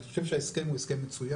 אני חושב שההסכם הוא הסכם מצוין,